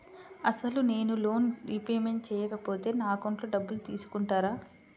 అసలు నేనూ loan repayment చేయకపోతే నా అకౌంట్లో డబ్బులు తీసుకుంటారా?